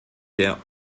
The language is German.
der